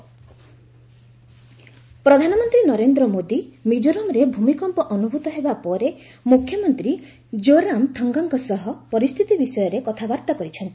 PM Mizoram CM ପ୍ରଧାନମନ୍ତ୍ରୀ ନରେନ୍ଦ୍ର ମୋଦି ମିକୋରାମରେ ଭୂମିକମ୍ପ ଅନୁଭୂତ ହେବା ପରେ ମୁଖ୍ୟମନ୍ତ୍ରୀ କୋରାମ ଥଙ୍ଗାଙ୍କ ସହ ପରିସ୍ଥିତି ବିଷୟରେ କଥାବାର୍ତ୍ତା କରିଛନ୍ତି